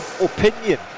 opinion